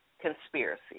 conspiracy